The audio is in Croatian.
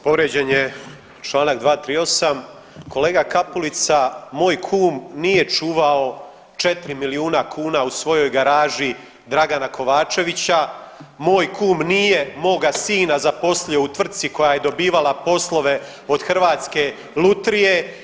Povrijeđen je čl. 238. kolega Kapulica moj kum nije čuvao 4 milijuna kuna u svojoj garaži Dragana Kovačevića, moj kum nijemoga sina zaposlio u tvrci koja je dobivala poslove od Hrvatske lutrije.